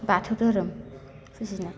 बाथौ धोरोम फुजिनाय